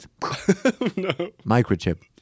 Microchip